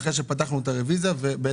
אחרי שפתחנו את הרביזיה ואת